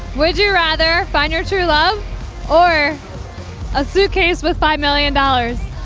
would you rather find your true love or a suitcase with five million dollars?